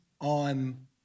on